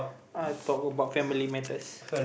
I talk about family matters